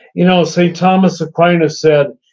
you know, st. thomas aquinas said,